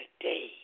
today